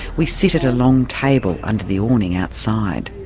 we sit at a long table under the awning outside.